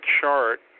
chart